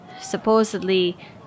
Supposedly